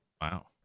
Wow